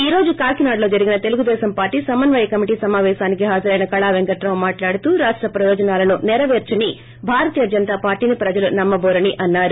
ఈ రోజు కాకినాడలోజరిగిన తెలుగు దేశం పార్టీ సమన్వయ కమిటీ సమాపేశానికి హాజరైన కళా వెంకట్రావు మాట్లాడుతూ రాష్ట ప్రయోజనాలను సేరపేర్చని భారతీయ జనతా పార్టీని ప్రజలు నమ్మ బోరని అన్నారు